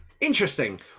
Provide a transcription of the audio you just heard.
interesting